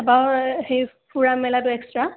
তাৰপৰা আৰু হেৰি ফুৰা মেলাটো এক্সট্ৰা